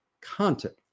content